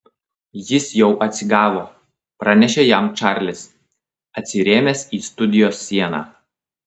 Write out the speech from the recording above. jis jau atsigavo pranešė jam čarlis atsirėmęs į studijos sieną